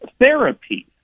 therapy